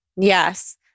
yes